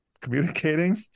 communicating